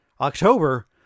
October